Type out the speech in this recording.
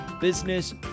business